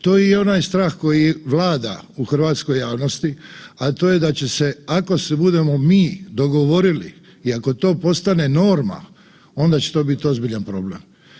To je i onaj strah koji vlada u hrvatskoj javnosti, a to je da će se ako se budemo mi dogovorili i ako to postane norma onda će to biti ozbiljan problem.